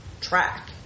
track